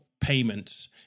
payments